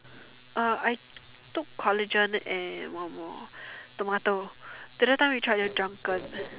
uh I took collagen and one more tomato the other time we tried the drunken